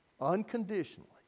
unconditionally